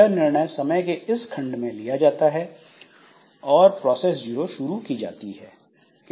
यह निर्णय समय के इस खंड में लिया जाता है और प्रोसेस जीरो शुरू की जाती है